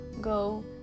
go